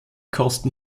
kosten